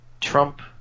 Trump